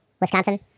Wisconsin